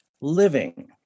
living